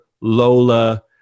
Lola